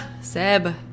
Seb